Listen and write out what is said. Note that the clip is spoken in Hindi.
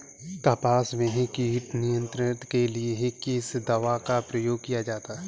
कपास में कीट नियंत्रण के लिए किस दवा का प्रयोग किया जाता है?